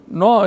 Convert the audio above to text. no